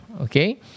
Okay